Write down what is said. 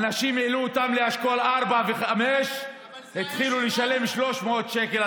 אנשים שהעלו אותם לאשכול 4 ו-5 התחילו לשלם 300 שקל,